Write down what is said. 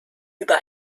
über